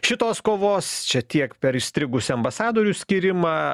šitos kovos čia tiek per įstrigusį ambasadorių skyrimą